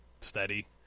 steady